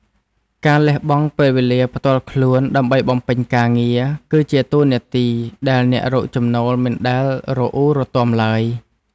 ការលះបង់ពេលវេលាផ្ទាល់ខ្លួនដើម្បីបំពេញការងារ គឺជាតួនាទីដែលអ្នករកចំណូលមិនដែលរអ៊ូរទាំឡើយ។